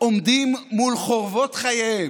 הם עומדים מול חורבות חייהם.